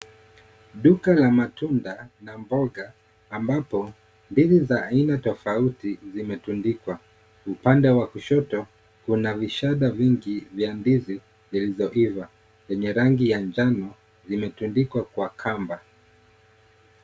Duka la matunda na mboga ambapo ndizi za aina tofauti zimetundikwa. Upande wa kushoto, kuna vishada vingi vya ndizi zilizoiva zenye rangi ya njano zimetundikwa kwa kamba.